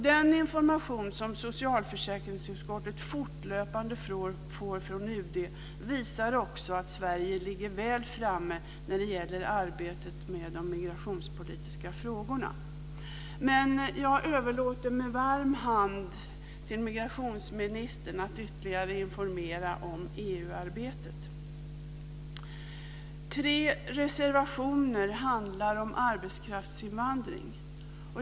Den information som socialförsäkringsutskottet fortlöpande får från UD visar också att Sverige ligger väl framme när det gäller arbetet med de migrationspolitiska frågorna. Jag överlåter dock med varm hand åt migrationsministern att ytterligare informera om Tre reservationer handlar om arbetskraftsinvandring.